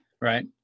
right